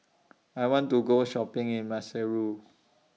I want to Go Shopping in Maseru